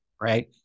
right